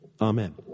Amen